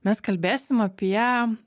mes kalbėsim apie